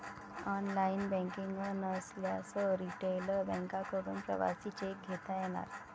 online banking नसल्यास retail बँकांकडून प्रवासी चेक घेता येणार